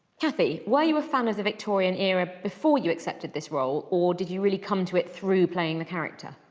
kathy, were you a fan of the victorian era before you accepted this role or did you really come to it through playing the character?